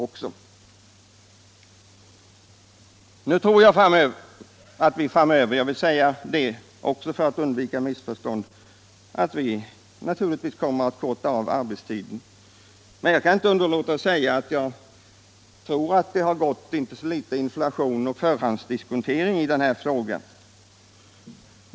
Jag tror emellertid att vi framöver — jag säger också det för att undvika missförstånd — får en förkortning av arbetstiden, men jag tycker att det har gått litet av inflation och förhandsdiskontering i hela denna fråga.